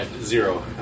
zero